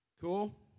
Cool